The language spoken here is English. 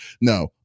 no